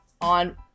on